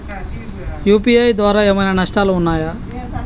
UPI ద్వారా ఏమైనా నష్టాలు ఉన్నయా?